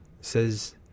Says